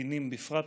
קטינים בפרט,